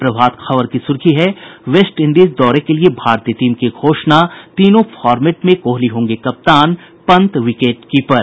प्रभात खबर की सुर्खी है वेस्टइंडीज दौरे के लिए भारतीय टीम की घोषणा तीनों फॉर्मेट में कोहली होंगे कप्तान पंत विकेटकीपर